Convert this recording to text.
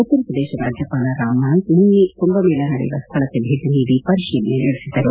ಉತ್ತರಪ್ರದೇಶ ರಾಜ್ಯಪಾಲ ರಾಮ್ ನಾಯಕ್ ನಿನ್ನೆ ಕುಂಭ ಮೇಳ ನಡೆಯುವ ಸ್ಥಳಕ್ಕೆ ಭೇಟಿ ಪರಿಶೀಲನೆ ನಡೆಸಿದ್ದರು